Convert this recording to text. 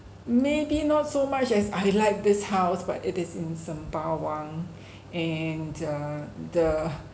maybe not so much as I like this house but it is in sembawang and uh the